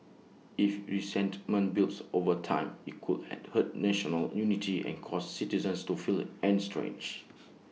if resentment builds over time IT could hurt national unity and cause citizens to feel estranged